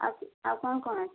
ଆଉ କ ଆଉ କ'ଣ କ'ଣ ଅଛି